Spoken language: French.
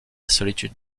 solitude